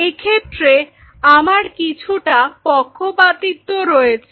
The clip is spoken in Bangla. এক্ষেত্রে আমার কিছুটা পক্ষপাতিত্ব রয়েছে